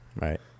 right